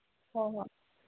ꯍꯣꯍꯣꯏ